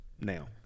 now